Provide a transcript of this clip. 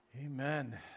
Amen